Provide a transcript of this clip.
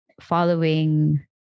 following